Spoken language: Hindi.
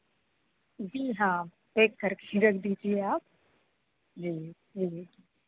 जी हाँ पैक करके रख दीजिए आप जी जी